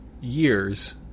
years